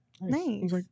Nice